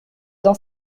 dans